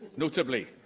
notably,